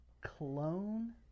clone